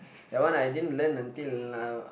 that one I didn't learn until uh